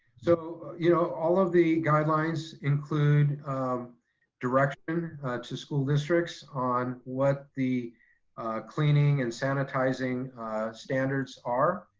so, you know, all of the guidelines include um direction to school districts on what the cleaning and sanitizing standards are.